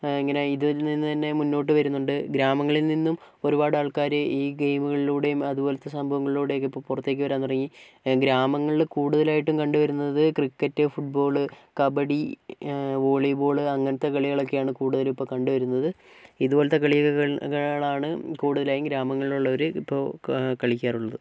ഇങ്ങനെ ഇതിൽ നിന്ന് തന്നെ മുന്നോട്ട് വരുന്നുണ്ട് ഗ്രാമങ്ങളിൽ നിന്നും ഒരുപാട് ആൾക്കാർ ഈ ഗെയിമുകളിലൂടെയും അതുപോലത്തെ സംഭവങ്ങളിലൂടെയും ഒക്കെ ഇപ്പോൾ പുറത്തേയ്ക്ക് വരാൻ തുടങ്ങി ഗ്രാമങ്ങളിൽ കൂടുതലായിട്ടും കണ്ടുവരുന്നത് ക്രിക്കറ്റ് ഫുട്ബോൾ കബഡി വോളിബോൾ അങ്ങനത്തെ കളികളൊക്കെ ആണ് കൂടുതലിപ്പോൾ കണ്ടുവരുന്നത് ഇതുപോലത്തെ കളികളാണ് കൂടുതലായും ഗ്രാമങ്ങളിൽ ഉള്ളവർ ഇപ്പോൾ കളിക്കാറുള്ളത്